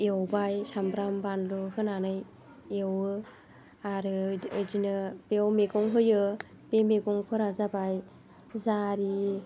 एवबाय सामब्राम बानलु होनानै एवो आरो बिदिनो बेयाव मैगं होयो बे मैगंफोरा जाबाय जारि